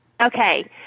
Okay